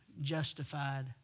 justified